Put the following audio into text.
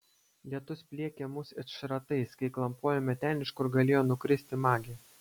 lietus pliekė mus it šratais kai klampojome ten iš kur galėjo nukristi magė